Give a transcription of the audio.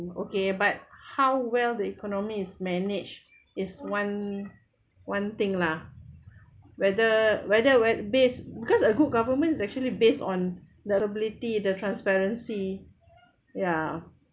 okay but how well the economists manage is one one thing lah whether whether it base because a good government is actually based on the ability the transparency ya